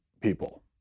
people